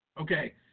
Okay